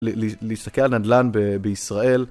להסתכל על נדל״ן בישראל.